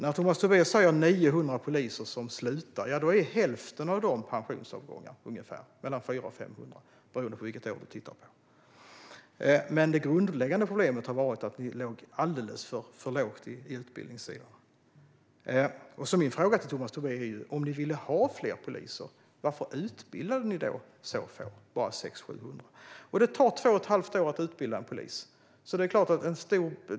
Tomas Tobé säger att det är 900 poliser som slutar. Ungefär hälften är pensionsavgångar, mellan 400 och 500 beroende på vilket år du tittar på. Det grundläggande problemet har varit att ni låg alldeles för lågt på utbildningssidan. Min fråga till Tomas Tobé är: Om ni ville ha fler poliser, varför utbildade ni då så få som bara 600, 700? Det tar två och ett halvt år att utbilda en polis.